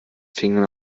fingern